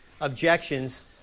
objections